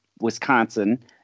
wisconsin